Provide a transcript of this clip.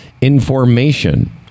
information